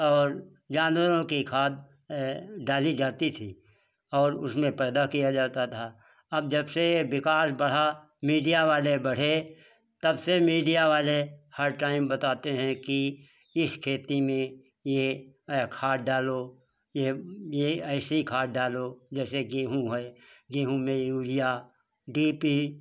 और जानवरों की खाद डाली जाती थी और उसमें पैदा किया जाता था अब जब से ये विकास बढ़ा मीडिया वाले बढ़े तब से मीडिया वाले हर टाइम बताते हैं कि इस खेती में ये खाद डालो ये ये ऐसी खाद डालो जैसे गेंहूँ है गेंहूँ में यूरिया डी पी